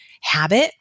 habit